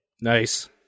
Nice